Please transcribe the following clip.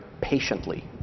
patiently